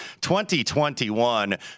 2021